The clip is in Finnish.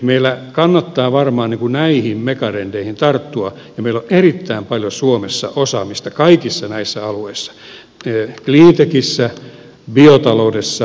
meillä kannattaa varmaan näihin megatrendeihin tarttua ja meillä on erittäin paljon suomessa osaamista kaikilla näillä alueilla cleantechissä biotaloudessa